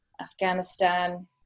Afghanistan